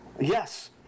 Yes